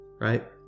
right